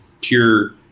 pure